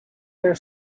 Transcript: their